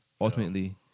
ultimately